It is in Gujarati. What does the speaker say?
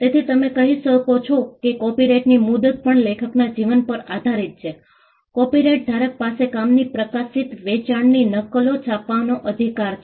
તેથી તમે કહી શકો છો કે કોપિરાઇટની મુદત પણ લેખકના જીવન પર આધારિત છે કોપિરાઇટ ધારક પાસે કામની પ્રકાશિત વેચાણની નકલો છાપવાનો અધિકાર છે